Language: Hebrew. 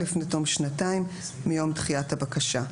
לפני תום שנתיים מיום דחיית הבקשה.